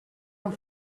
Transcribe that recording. amb